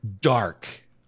dark